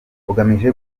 ugamije